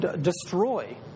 destroy